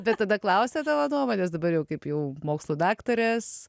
bet tada klausia tavo nuomonės dabar jau kaip jau mokslų daktarės